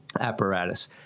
apparatus